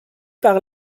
par